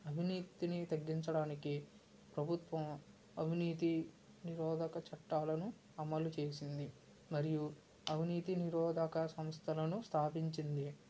అవినీతిని తగ్గించడానికి ప్రభుత్వం అవినీతి నిరోధక చట్టాలను అమలు చేసింది మరియు అవినీతి నిరోధక సంస్థలను స్థాపించింది